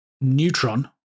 Neutron